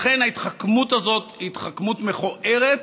לכן ההתחכמות הזאת היא התחכמות מכוערת,